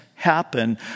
happen